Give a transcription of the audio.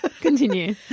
Continue